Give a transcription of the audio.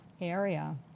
area